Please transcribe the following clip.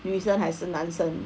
女生还是男生